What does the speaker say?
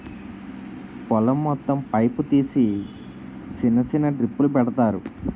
పొలం మొత్తం పైపు తీసి సిన్న సిన్న డ్రిప్పులు పెడతారు